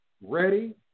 ready